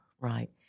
Right